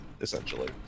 essentially